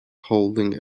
holding